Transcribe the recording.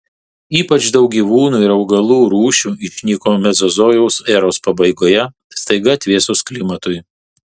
ypač daug gyvūnų ir augalų rūšių išnyko mezozojaus eros pabaigoje staiga atvėsus klimatui